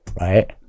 right